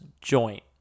joint